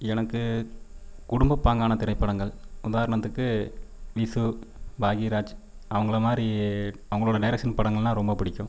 எனக்கு குடும்பப்பாங்கான திரைப்படங்கள் உதாரணத்துக்கு விசு பாக்கியராஜ் அவங்கள மாதிரி அவங்களோட டேரெக்ஷன் படங்கள்லாம் ரொம்ப பிடிக்கும்